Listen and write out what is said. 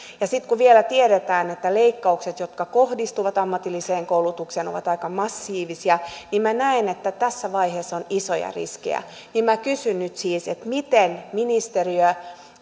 sitten kun vielä tiedetään että leikkaukset jotka kohdistuvat ammatilliseen koulutukseen ovat aika massiivisia niin minä näen että tässä vaiheessa on isoja riskejä kysyn nyt siis miten ministeriö